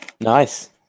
Nice